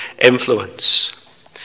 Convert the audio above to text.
influence